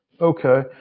Okay